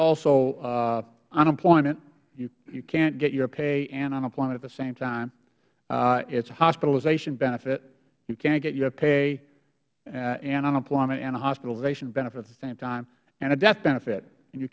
also unemployment you can't get your pay and unemployment at the same time it is hospitalization benefit you can't get your pay and unemployment and hospitalization benefit at the same time and a death benefit